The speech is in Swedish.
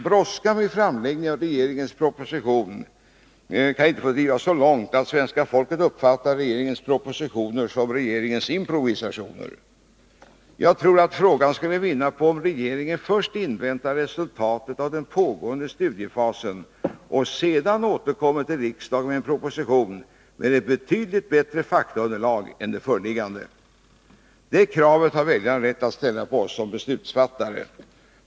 Brådskan vid framläggningen av regeringens proposition kan inte få drivas så långt att svenska folket uppfattar regeringens propositioner som regeringens improvisationer. Jag tror att frågan skulle vinna på om regeringen först inväntade resultatet av den pågående studiefasen och sedan återkom till riksdagen med en proposition med ett betydligt bättre faktaunderlag än det föreliggande. Det kravet har väljarna rätt att ställa på oss som beslutsfattare.